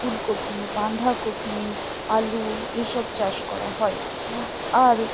ফুলকপি বাঁধাকপি আলু এই সব চাষ করা হয় আর